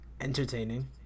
entertaining